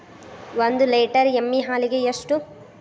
ಒಂದು ಲೇಟರ್ ಎಮ್ಮಿ ಹಾಲಿಗೆ ಎಷ್ಟು?